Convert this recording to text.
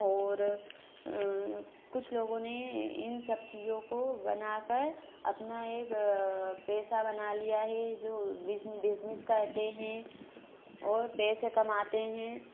और कुछ लोगों ने इन सब चीज़ों को बना कर अपना एक पैसा बना लिया है जो बिज़ बिज़नेस करते हैं और पैसे कमाते हैं